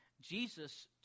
Jesus